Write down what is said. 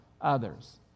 others